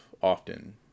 often